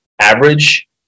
average